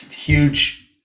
Huge